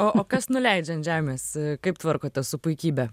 o o kas nuleidžia ant žemės kaip tvarkotės su puikybe